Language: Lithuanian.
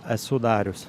esu darius